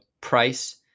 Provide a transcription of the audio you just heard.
Price